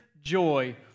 joy